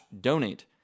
donate